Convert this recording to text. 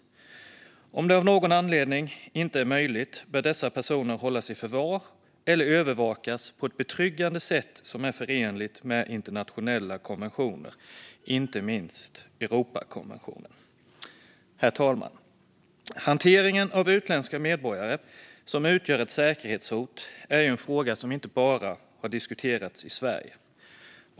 Om detta av någon anledning inte är möjligt bör dessa personer hållas i förvar eller övervakas på ett betryggande sätt som är förenligt med internationella konventioner, inte minst Europakonventionen. Herr talman! Hanteringen av utländska medborgare som utgör ett säkerhetshot är en fråga som inte bara diskuteras i Sverige.